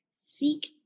seek